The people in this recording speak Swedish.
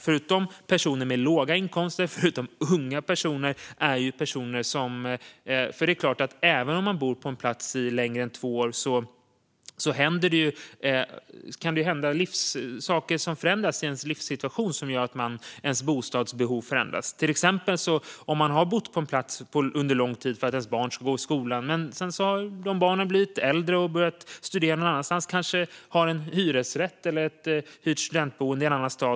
Förutom unga personer med låga inkomster finns det även personer vars livssituation och bostadsbehov förändras. Man kanske har bott på en plats under lång tid för att ens barn har gått i skolan där, men nu har barnen blivit äldre och börjat studera någon annanstans. De kanske bor i hyresrätt eller ett hyrt studentboende i en annan stad.